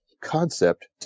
Concept